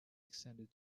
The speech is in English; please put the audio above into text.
extended